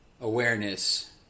awareness